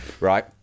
right